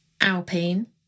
Alpine